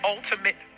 ultimate